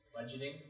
Budgeting